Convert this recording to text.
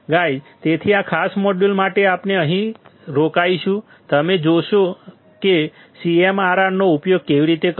guys તેથી આ ખાસ મોડ્યુલ માટે આપણે હવે અહીં રોકાઈશું તમે જાણો છો કે CMRRનો ઉપયોગ કેવી રીતે કરવો